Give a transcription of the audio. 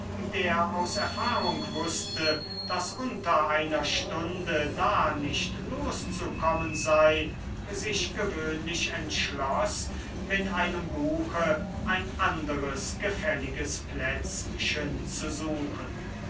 der aus erfahrung wußte daß unter einer stunde da nicht loszukommen sei sich gewöhnlich entschloß mit einem buche ein anderes gefälliges plätzchen zu suchen